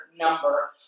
number